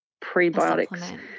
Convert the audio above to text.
prebiotics